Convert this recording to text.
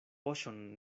poŝon